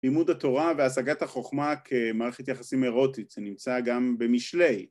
לימוד התורה והשגת החוכמה כמערכת יחסים אירוטית שנמצא גם במשלי